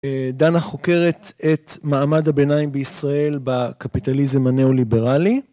דנה חוקרת את מעמד הביניים בישראל בקפיטליזם הנאו-ליברלי.